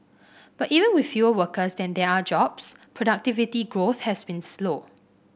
but even with fewer workers than there are jobs productivity growth has been slow